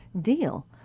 deal